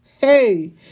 Hey